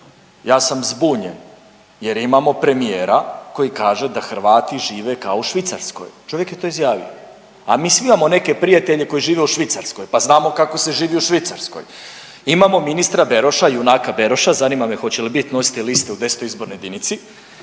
Ja sam zbunjen jer imamo premijera koji kaže da Hrvati žive kao u Švicarskoj. Čovjek je to izjavio, a mi svi imamo neke prijatelje koji žive u Švicarskoj, pa znamo kako se živi u Švicarskoj. Imamo ministra Beroša, junaka Beroša, zanima me hoće li biti nositelj liste u 10. izbornoj jedinici